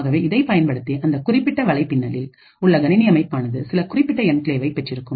ஆகவே இதை பயன்படுத்தி அந்த குறிப்பிட்ட வலைப்பின்னலில் உள்ள கணினி அமைப்பானது சில குறிப்பிட்ட என்கிளேவை பெற்றிருக்கும்